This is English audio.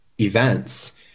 events